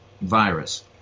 virus